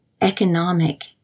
economic